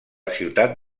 ciutat